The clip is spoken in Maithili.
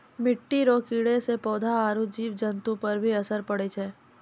मिट्टी रो कीड़े से पौधा आरु जीव जन्तु पर भी असर पड़ै छै